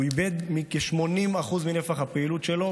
הוא איבד כ-80% מנפח הפעילות שלו,